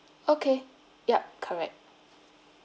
okay yup correct